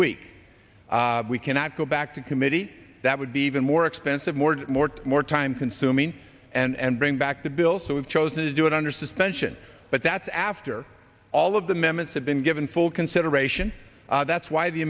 week we cannot go back to committee that would be even more expensive more more more time consuming and bring back the bill so we've chosen to do it under suspension but that's after all of the members have been given full consideration that's why the